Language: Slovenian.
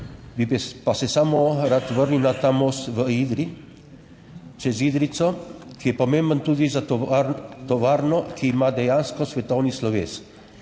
pa se samo rad vrnil na ta most v Idriji, čez Idrijco, ki je pomemben tudi za tovarno, ki ima dejansko svetovni sloves.